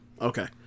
Okay